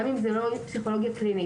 גם אם זה לא פסיכולוגיה קלינית.